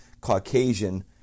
Caucasian